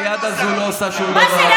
היד הזאת לא עושה שום דבר, מה זה?